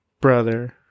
brother